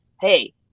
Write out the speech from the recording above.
hey